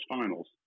finals